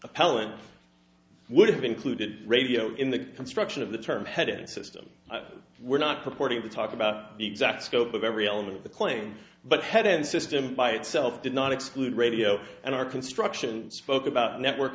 appellate would have included radio in the construction of the term head and system were not purporting to talk about the exact scope of every element of the claim but head and system by itself did not exclude radio and our constructions spoke about network